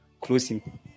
closing